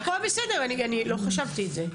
הכול בסדר, אני לא חשבתי את זה.